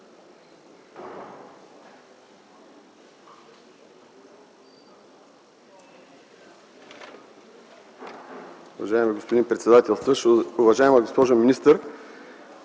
Уважаеми господин председател, уважаема госпожо министър,